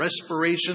respiration